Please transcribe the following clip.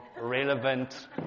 relevant